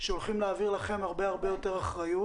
שהולכים להעביר לכם הרבה-הרבה יותר אחריות,